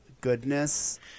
goodness